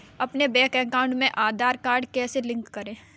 अपने bank account में Aadhaar card कैसे लिंक करें?